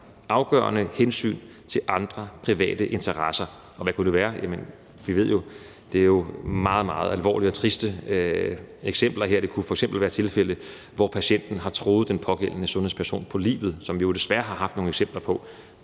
afgørende hensyn til andre private interesser. Og hvad kunne det være? Jamen vi ved jo, at der er meget, meget alvorlige og triste eksempler her. Det kunne f.eks. være tilfælde, hvor patienten har truet den pågældende sundhedsperson på livet, hvilket vi jo desværre har haft nogle eksempler på.